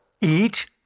eat